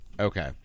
Okay